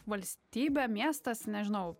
valstybė miestas nežinau